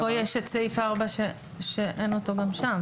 אבל פה יש את סעיף 4 שאין אותו גם שם.